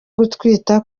gutwita